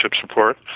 support